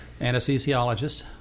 anesthesiologist